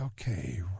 okay